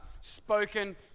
spoken